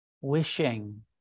wishing